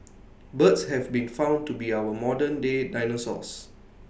birds have been found to be our modernday dinosaurs